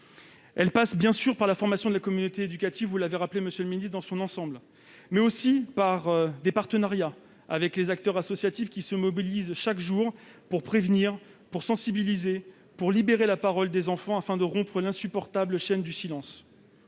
Elle passe, bien sûr, par la formation de la communauté éducative dans son ensemble, mais aussi par un partenariat avec les acteurs associatifs, qui se mobilisent chaque jour pour prévenir, pour sensibiliser, pour libérer la parole des enfants, afin de rompre l'insupportable chaîne du silence.